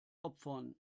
opfern